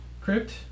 crypt